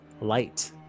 light